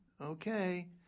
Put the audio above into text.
okay